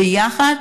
ביחד,